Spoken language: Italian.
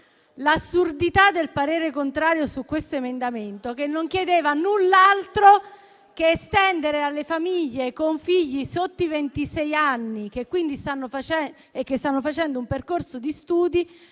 l'assurdità del parere contrario su questo emendamento, che chiedeva solo di estendere alle famiglie con figli al di sotto dei ventisei anni, che quindi stanno facendo un percorso di studi,